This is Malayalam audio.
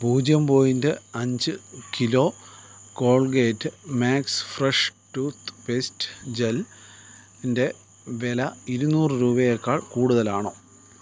പൂജ്യം പോയിൻറ്റ് അഞ്ച് kilo Colgate Max Fresh toothpaste ജെല്ലിന്റെ വില ഇരുന്നൂറ് രൂപയേക്കാൾ കൂടുതലാണോ